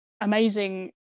amazing